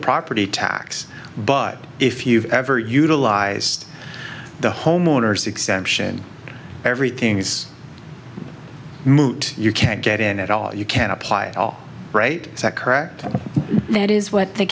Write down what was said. property tax but if you've ever utilized the homeowner's exception everything is moot you can't get in at all you can apply it all right it's that correct that is what the